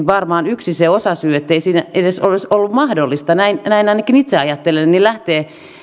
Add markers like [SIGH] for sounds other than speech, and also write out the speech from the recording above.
[UNINTELLIGIBLE] varmaan yksi osasyy ettei siinä edes olisi ollut mahdollista näin ainakin itse ajattelen lähteä